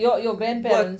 bon